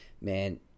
man